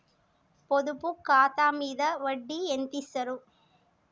పొదుపు ఖాతా మీద వడ్డీ ఎంతిస్తరు?